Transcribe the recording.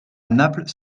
naples